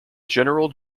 general